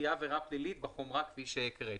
תהיה עבירה פלילית בחומרה כפי שהקראתי.